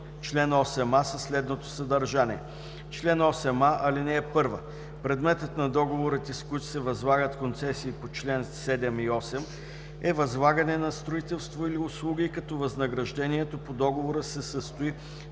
чл. 8а със следното съдържание: „Чл. 8а. (1) Предметът на договорите, с които се възлагат концесии по чл. 7 и чл. 8, е възлагане на строителство или услуги, като възнаграждението по договора се състои